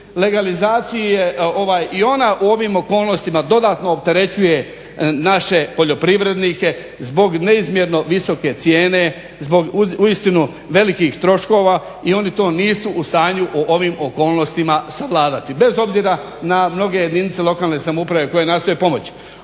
Legalizacija, i ona u ovim okolnostima dodatno opterećuje naše poljoprivrednike zbog neizmjerno visoke cijene, zbog uistinu velikih troškova i oni to nisu u stanju o ovom okolnostima savladati bez obzira na mnoge jedinice lokalne samouprave koje nastoje pomoći.